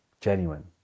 genuine